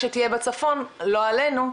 כשתהיה בצפון לא עלינו,